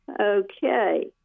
okay